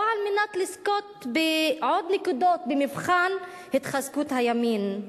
או על מנת לזכות בעוד נקודות במבחן התחזקות הימין.